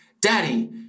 Daddy